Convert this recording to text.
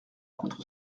contre